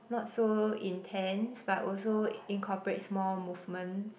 not so intense but also incorporates more movements